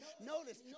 Notice